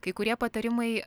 kai kurie patarimai